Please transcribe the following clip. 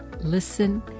listen